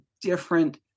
different